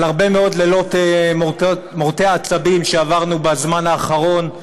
על הרבה לילות מורטי עצבים שעברנו בזמן האחרון,